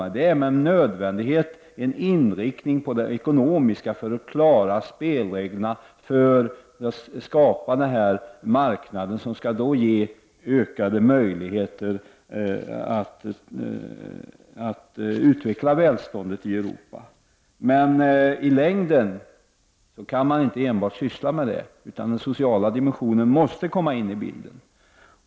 Det är nödvändigt med en inriktning på det ekonomiska om man skall klara spelreglerna och kunna skapa en marknad som skall ge ökade möjligheter att utveckla välståndet i Europa. Man kan emellertid inte i längden enbart syssla med detta, utan den sociala dimensionen måste då komma in i bilden.